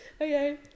Okay